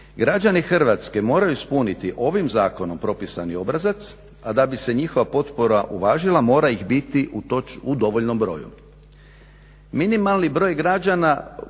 građani Hrvatske moraju ispuniti ovim zakonom propisani obrazac, a da bi se njihova potpora uvažila mora ih biti u dovoljnom broju. Minimalni broj građana,